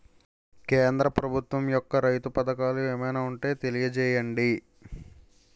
కేంద్ర ప్రభుత్వం యెక్క రైతు పథకాలు ఏమైనా ఉంటే తెలియజేయండి?